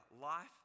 life